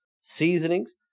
seasonings